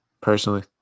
personally